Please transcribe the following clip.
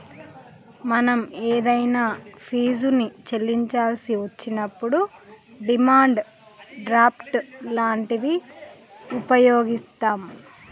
మనం ఏదైనా ఫీజుని చెల్లించాల్సి వచ్చినప్పుడు డిమాండ్ డ్రాఫ్ట్ లాంటివి వుపయోగిత్తాం